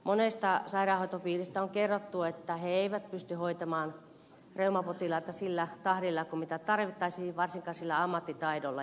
monesta sairaanhoitopiiristä on kerrottu että ne eivät pysty hoitamaan reumapotilaita sillä tahdilla kuin mitä tarvittaisiin ja varsinkaan sillä ammattitaidolla